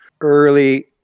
early